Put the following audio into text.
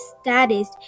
status